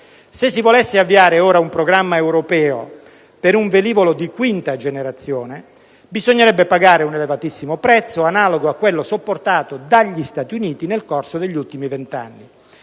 Se si volesse avviare ora un programma europeo per un velivolo di quinta generazione, bisognerebbe pagare un elevatissimo prezzo, analogo a quello sopportato dagli Stati Uniti nel corso degli ultimi vent'anni.